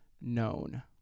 known